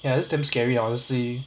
ya that's damn scary honestly